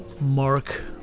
Mark